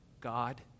God